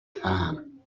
tan